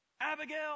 Abigail